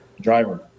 driver